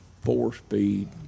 four-speed